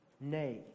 nay